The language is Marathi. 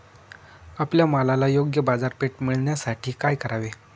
आपल्या मालाला योग्य बाजारपेठ मिळण्यासाठी काय करावे?